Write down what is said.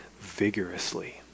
vigorously